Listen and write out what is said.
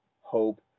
hope